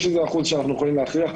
יש איזה אחוז שאנחנו יכולים להכריח,